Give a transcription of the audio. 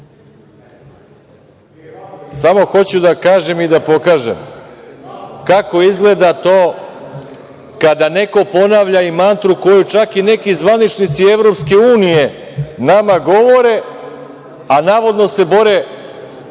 hoću da kažem i da pokažem, kako izgleda to kada neko ponavlja i mantru koju čak i neki zvaničnici EU, nama govore, a navodno se bore,